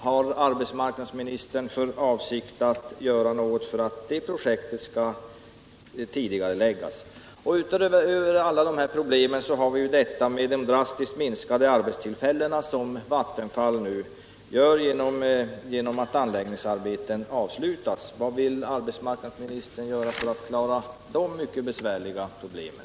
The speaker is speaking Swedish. Har arbetsmarknadsministern för avsikt att göra något för att det projektet skall tidigareläggas? Utöver alla dessa problem har vi de drastiskt minskade arbetstillfällena som Vattenfall orsakar genom att anläggningsarbeten avslutas. Vad vill arbetsmarknadsministern göra för att klara de mycket svåra problemen?